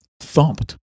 Thumped